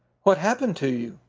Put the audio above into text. what happened to you?